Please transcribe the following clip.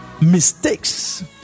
mistakes